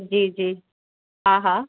जी जी हा हा